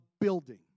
building